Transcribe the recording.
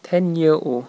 ten year old